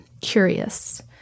curious